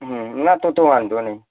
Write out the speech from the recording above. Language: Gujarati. ના તો તો વાંધો નહીં